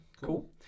cool